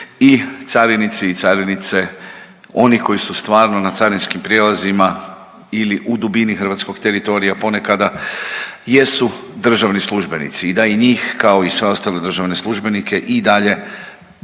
i carinici i carinice, oni koji su stvarno na carinskim prijelazima ili u dubini Hrvatskog teritorija ponekada, jesu državni službenici i da i njih kao i sve ostale državne službenike i dalje uglavnom